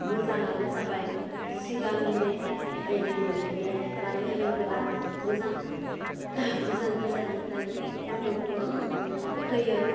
मोजाङानो जाबाय सिगांनि बायदि नंलिया मानो होनोबोला गोजान गोजाननिफ्रायबो डक्टर फैयो